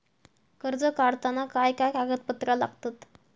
कर्ज काढताना काय काय कागदपत्रा लागतत?